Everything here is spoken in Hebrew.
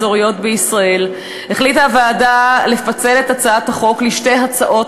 אזוריות נדרש כלל שונה לעידוד הייצוג במועצות